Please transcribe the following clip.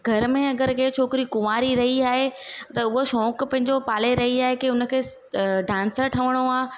घर में अगरि कंहिं छोकिरी कुंवारी रही आहे त उहा शौंक़ु पंहिंजो पाले रही आहे कि उनखे अ डांसर ठहिणो आहे